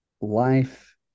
life